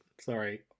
Sorry